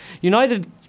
United